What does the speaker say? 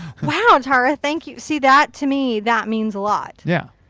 wow and tara. thank you. see that to me, that means a lot. yeah.